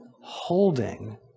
holding